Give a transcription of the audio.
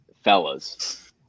Fellas